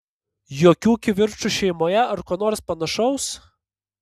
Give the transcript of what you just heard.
jokių kivirčų šeimoje ar ko nors panašaus